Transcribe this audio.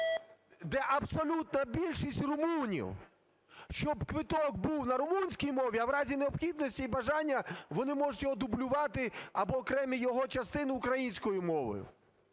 де абсолютна більшість румунів? Щоб квиток був на румунській мові, а в разі необхідності і бажання, вони можуть його дублювати або окремі його частини українською мовою.